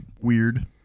weird